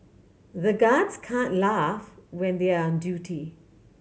the guards can't laugh when they are on duty